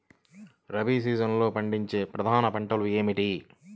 రబీ సీజన్లో పండించే ప్రధాన పంటలు ఏమిటీ?